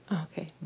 Okay